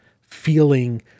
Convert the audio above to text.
feeling